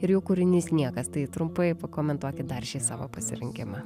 ir jų kūrinys niekas tai trumpai pakomentuokit dar šį savo pasirinkimą